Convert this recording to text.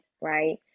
right